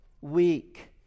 weak